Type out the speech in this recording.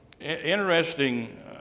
interesting